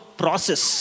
process